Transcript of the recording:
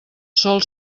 sòl